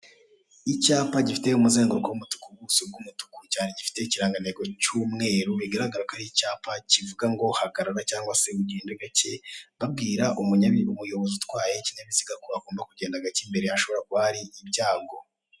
Icyapa gifite umuzenguruko w'umutuku, ubuso bw'umutuku cyane, gifite ikirangantego cy'umweru, bigaragara ko ari icyapa kivunga ngo hagaraga cyangwa se ugende gake, babwira umunyabi, umuyobozi utwaye ikinyabiziga ko agomab kugenda gake ko imbere ye hashobora kuba hari ibyago.